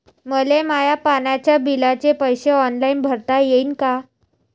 मले माया पाण्याच्या बिलाचे पैसे ऑनलाईन भरता येईन का?